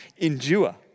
endure